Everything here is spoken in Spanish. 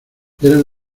eran